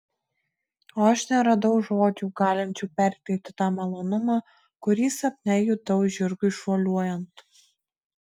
o aš neradau žodžių galinčių perteikti tą malonumą kurį sapne jutau žirgui šuoliuojant